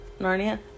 Narnia